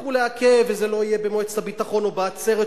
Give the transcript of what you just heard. יצליחו לעכב וזה לא יהיה במועצת הביטחון או בעצרת,